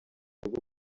rwo